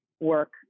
work